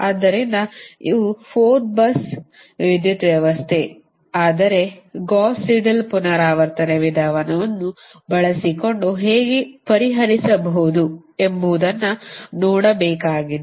ಆದ್ದರಿಂದ ಇವು 4 bus ವಿದ್ಯುತ್ ವ್ಯವಸ್ಥೆ ಆದರೆ ಗೌಸ್ ಸೀಡೆಲ್ ಪುನರಾವರ್ತನೆ ವಿಧಾನವನ್ನು ಬಳಸಿಕೊಂಡು ಹೇಗೆ ಪರಿಹರಿಸಬಹುದು ಎಂಬುದನ್ನು ನೋಡಬೇಕಾಗಿದೆ